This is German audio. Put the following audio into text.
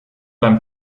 beim